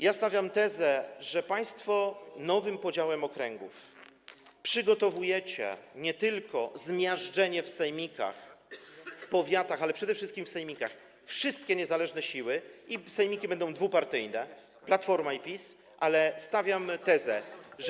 Ja stawiam nie tylko tezę, że państwo nowym podziałem okręgów przygotowujecie zmiażdżenie w sejmikach, w powiatach, ale przede wszystkim w sejmikach, wszystkich niezależnych sił - i sejmiki będą dwupartyjne, Platforma i PiS - ale stawiam też tezę.